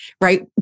right